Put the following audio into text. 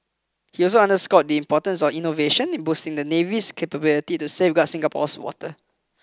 he also underscored the importance of innovation in boosting the navy's capabilities to safeguard Singapore's waters